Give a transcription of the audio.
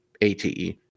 ate